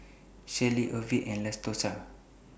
Shelly Orvil and Lass Tosha